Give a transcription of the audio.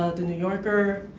ah the new yorker,